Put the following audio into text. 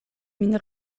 min